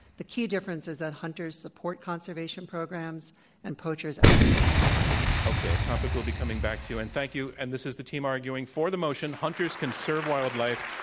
the keydifference is that hunters support conservation programs and poachers actively undermine them. okay, a topic we'll be coming back to. and thank you and this is the team arguing for the motion, hunters conserve wildlife.